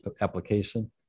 application